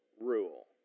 rule